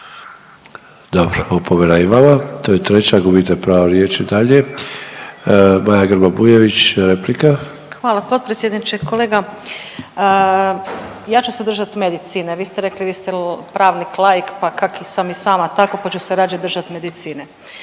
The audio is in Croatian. Dobro opomena i vama to je treća gubite pravo riječi dalje. Maja Grba Bujević replika. **Grba-Bujević, Maja (HDZ)** Hvala potpredsjedniče. Kolega, ja ću se držati medicine, vi ste rekli vi ste pravnik laik, pa kak i sam sama tako pa ću se radije držati medicine.